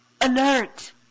alert